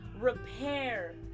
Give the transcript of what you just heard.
repair